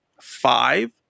Five